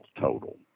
total